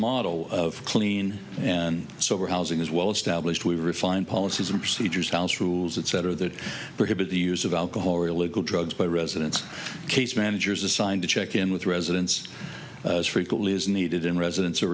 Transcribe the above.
model of clean and sober housing is well established we refine policies and procedures house rules etc that prohibit the use of alcohol really good drugs by residents case managers assigned to check in with residents as frequently as needed and residents are